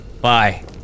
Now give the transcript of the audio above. bye